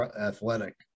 athletic